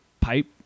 pipe